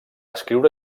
escriure